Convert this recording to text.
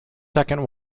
second